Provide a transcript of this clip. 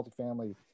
multifamily